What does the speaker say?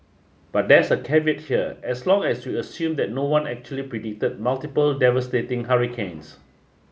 but there's a caveat here as long as we assume that no one actually predicted multiple devastating hurricanes